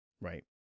Right